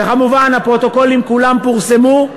וכמובן, הפרוטוקולים כולם פורסמו.